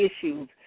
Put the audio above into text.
issues